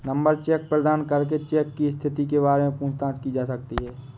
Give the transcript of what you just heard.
check number प्रदान करके cheque की स्थिति के बारे में पूछताछ की जा सकती है